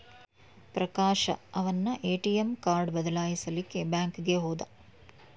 ಪ್ರಕಾಶ ಅವನ್ನ ATM card ಬದಲಾಯಿಸಕ್ಕೇ ಬ್ಯಾಂಕಿಗೆ ಹೋದ